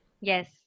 Yes